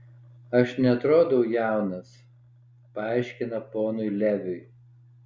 aš neatrodau jaunas paaiškina ponui leviui